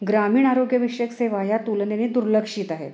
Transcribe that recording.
ग्रामीण आरोग्यविषयक सेवा ह्या तुलनेनी दुर्लक्षित आहेत